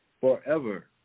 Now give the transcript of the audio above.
forever